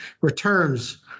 returns